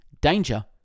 Danger